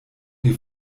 die